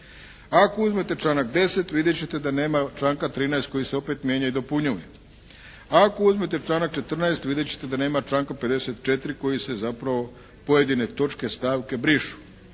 Ako uzmete članak 10. vidjet ćete da nema članka 13. koji se opet mijenja i dopunjuje. Ako uzmete članak 14. vidjet ćete da nema članka 54. koji se zapravo pojedine točke, stavke brišu.